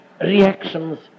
reactions